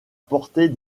portée